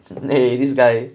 eh this guy